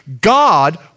God